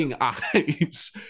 eyes